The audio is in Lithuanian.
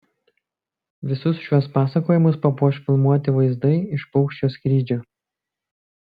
visus šiuos pasakojimus papuoš filmuoti vaizdai iš paukščio skrydžio